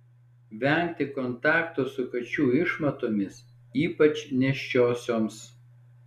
vengti kontakto su kačių išmatomis ypač nėščiosioms